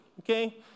okay